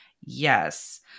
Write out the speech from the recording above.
Yes